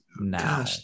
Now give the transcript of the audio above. now